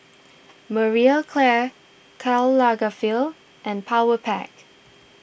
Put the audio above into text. Marie Claire Karl Lagerfeld and Powerpac